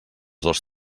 dos